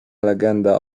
legenda